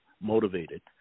motivated